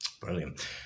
Brilliant